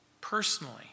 personally